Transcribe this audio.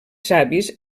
savis